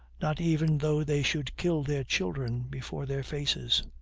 not even though they should kill their children before their faces.